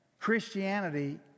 Christianity